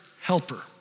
Helper